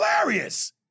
hilarious